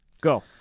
go